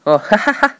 oh